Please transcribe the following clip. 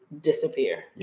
disappear